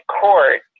court